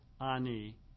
ani